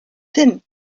finn